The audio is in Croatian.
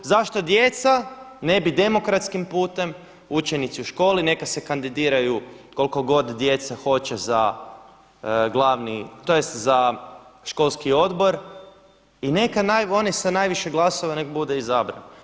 Zašto djeca ne bi demokratskim putem, učenici u školi neka se kandidiraju koliko god djeca hoće za glavni, tj. za školski odbor i neka oni sa najviše glasova bude izabran.